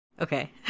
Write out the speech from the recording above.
Okay